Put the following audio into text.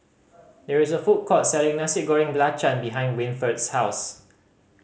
there is a food court selling Nasi Goreng Belacan behind Winford's house